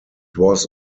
was